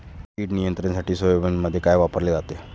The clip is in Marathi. कीड नियंत्रणासाठी सोयाबीनमध्ये काय वापरले जाते?